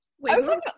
wait